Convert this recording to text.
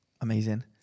Amazing